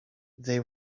they